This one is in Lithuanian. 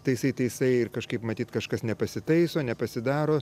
taisai taisai ir kažkaip matyt kažkas nepasitaiso nepasidaro